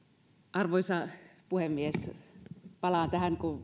arvoisa puhemies palaan tähän kun